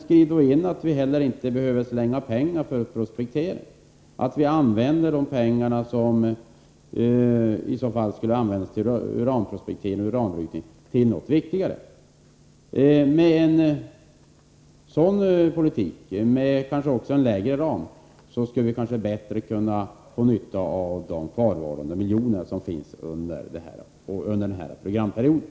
Skriv då in att vi inte heller behöver slänga pengar på prospektering och att vi skall använda de pengar som skulle gå till uranprospektering och uranbrytning till något viktigare. Med en sådan politik, kanske också med en lägre ram, skulle vi kunna få större nytta av de kvarvarande miljoner som finns till förfogande under den här programperioden.